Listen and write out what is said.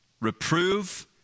Reprove